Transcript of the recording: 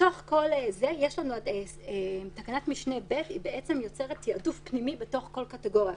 בתוך כל זה תקנת משנה (ב) יוצרת תעדוף פנימי בתוך כל קטגוריה.